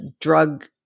drug